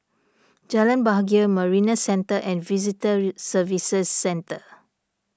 Jalan Bahagia Marina Centre and Visitor Services Centre